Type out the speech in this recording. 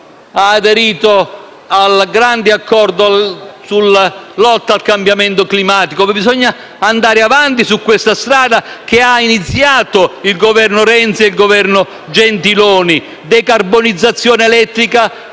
ha aderito al grande accordo sulla lotta al cambiamento climatico, perché bisogna andare avanti su questa strada, iniziata dai Governi Renzi e Gentiloni: decarbonizzazione elettrica